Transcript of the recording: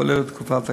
כולל תקופת הקיץ.